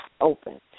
open